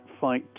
fight